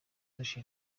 dukesha